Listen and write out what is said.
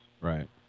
Right